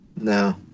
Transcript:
No